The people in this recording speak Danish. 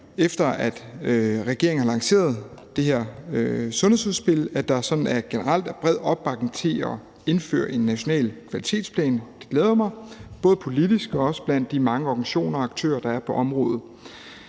efter at regeringen har lanceret det her sundhedsudspil, at der sådan generelt er bred opbakning til at indføre en national kvalitetsplan – og det glæder mig – både politisk og også blandt de mange organisationer og aktører, der er på området.